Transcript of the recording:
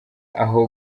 aho